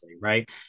right